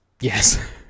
Yes